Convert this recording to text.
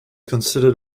considered